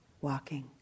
walking